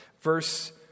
Verse